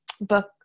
book